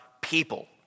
people